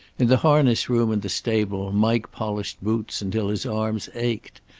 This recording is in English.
in the harness room in the stable mike polished boots until his arms ached,